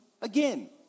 Again